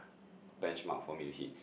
benchmark for me to hit